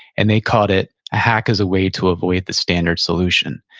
and they called it a hack as a way to avoid the standard solution.